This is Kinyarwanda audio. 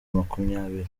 makumyabiri